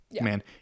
man